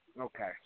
okay